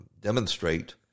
demonstrate